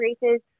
races